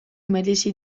merezi